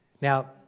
Now